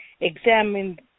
examined